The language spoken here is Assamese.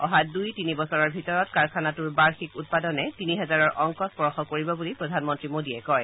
অহা দুই তিনি বছৰৰ ভিতৰত কাৰখানাটোৰ বাৰ্ষিক উৎপাদনে তিনি হাজাৰৰ অংক স্পৰ্শ কৰিব বুলিও প্ৰধানমন্ত্ৰী মোদীয়ে কয়